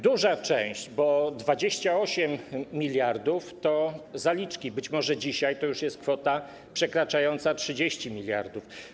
Duża część, bo 28 mld, to zaliczki, być może dzisiaj to już jest kwota przekraczająca 30 mld.